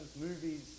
movies